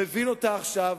מבין אותה עכשיו,